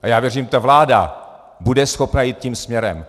A já věřím, že ta vláda bude schopna jít tím směrem.